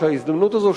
שההזדמנות הזו,